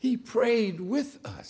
he prayed with u